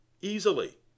Easily